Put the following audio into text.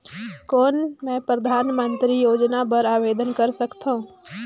कौन मैं परधानमंतरी योजना बर आवेदन कर सकथव?